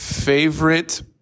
favorite